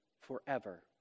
forever